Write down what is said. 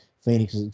Phoenix